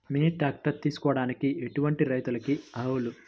Mini tractor తీసుకోవడానికి ఎటువంటి రైతులకి అర్హులు?